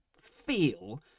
feel